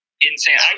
insane